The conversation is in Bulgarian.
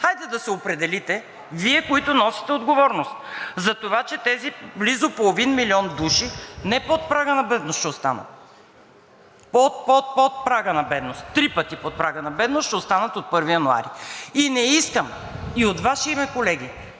Хайде да се определите Вие, които носите отговорност за това, че тези близо половин милион души не под прага на бедност ще останат, а под, под, под прага на бедност – три пъти под прага на бедност ще останат от 1 януари. Не искам и от Ваше име, колеги,